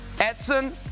Edson